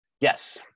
Yes